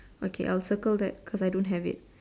okay I'll circle that because I don't have it